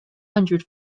hundred